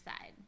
side